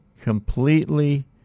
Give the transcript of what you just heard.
completely